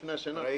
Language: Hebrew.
לפני השינה תקרא.